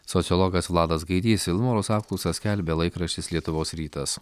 sociologas vladas gaidys vilmorus apklausą skelbė laikraštis lietuvos rytas